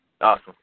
Awesome